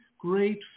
great